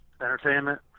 entertainment